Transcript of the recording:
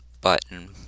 button